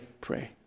pray